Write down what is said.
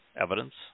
evidence